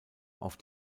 auf